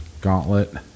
gauntlet